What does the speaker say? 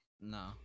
no